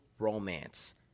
Romance